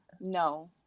no